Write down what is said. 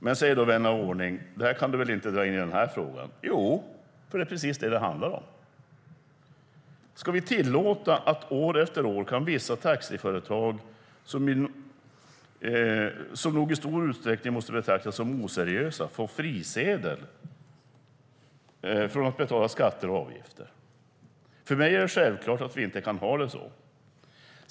Men, säger då vän av ordning - det kan du väl inte dra in i den här frågan. Jo, för det är precis det detta handlar om. Ska vi tillåta att vissa taxiföretag, som nog i stor utsträckning måste betraktas som oseriösa, år efter år får frisedel från att betala skatter och avgifter? För mig är det självklart att vi inte kan ha det så.